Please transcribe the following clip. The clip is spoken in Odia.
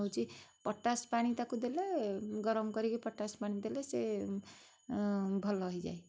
ହେଉଛି ପଟାସ୍ ପାଣି ତାକୁ ଦେଲେ ଗରମ କରିକି ପଟାସ୍ ପାଣି ଦେଲେ ସେ ଭଲ ହେଇଯାଏ